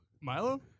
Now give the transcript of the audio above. Milo